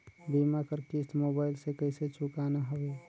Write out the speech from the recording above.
बीमा कर किस्त मोबाइल से कइसे चुकाना हवे